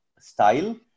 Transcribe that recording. style